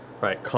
right